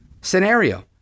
scenario